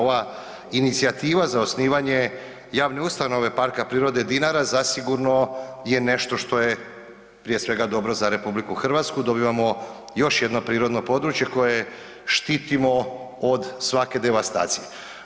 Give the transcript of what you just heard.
Ova inicijativa za osnivanje javne ustanove PP Dinara zasigurno je nešto što je prije svega dobro za RH, dobivamo još jedno prirodno područje koje štitimo od svake devastacije.